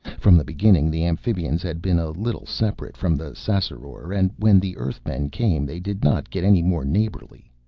from the beginning the amphibians had been a little separate from the ssassaror and when the earthmen came they did not get any more neighborly.